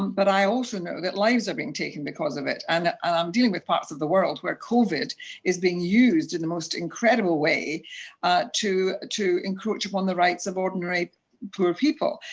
but i also know that lives are being taken because of it, and i'm dealing with parts of the world where covid is being used in the most incredible way to to encroach upon the rights of ah and other poor people.